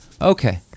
Okay